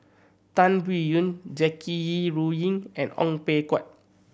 Tan Biyun Jackie Yi Ru Ying and Ong Peng Hock